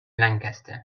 lancaster